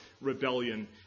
rebellion